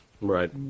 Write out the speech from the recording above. Right